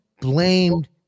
blamed